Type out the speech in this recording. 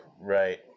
Right